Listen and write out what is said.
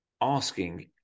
asking